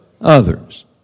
Others